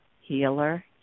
healer